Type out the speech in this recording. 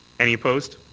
any opposed?